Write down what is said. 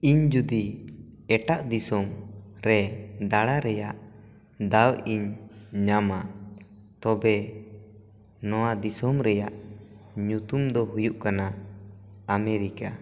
ᱤᱧ ᱡᱩᱫᱤ ᱮᱴᱟᱜ ᱫᱤᱥᱚᱢ ᱨᱮ ᱫᱟᱬᱟ ᱨᱮᱭᱟᱜ ᱫᱟᱣ ᱤᱧ ᱧᱟᱢᱟ ᱛᱚᱵᱮ ᱱᱚᱣᱟ ᱫᱤᱥᱚᱢ ᱨᱮᱭᱟᱜ ᱧᱩᱛᱩᱢ ᱫᱚ ᱦᱩᱭᱩᱜ ᱠᱟᱱᱟ ᱟᱢᱮᱨᱤᱠᱟ